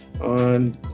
on